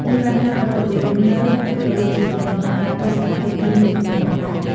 នេះបានផ្លាស់ប្ដូររបៀបរស់នៅ ក៏ដូចជាទម្លាប់នៃការទស្សនាភាពយន្តមួយចំនួនផងដែរ។